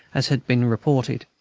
as had been reported.